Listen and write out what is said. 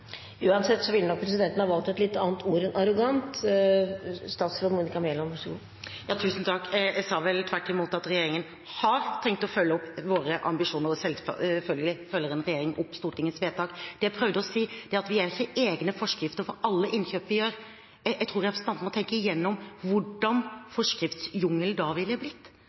Uansett ville nok presidenten ha valgt et litt annet ord enn «arroganse». Jeg sa vel tvert imot at regjeringen har tenkt å følge opp våre ambisjoner. Og selvfølgelig følger en regjering opp Stortingets vedtak. Det jeg prøvde å si, er at vi ikke har egne forskrifter for alle innkjøp vi gjør. Jeg tror representanten må tenke igjennom hvordan forskriftsjungelen da ville blitt,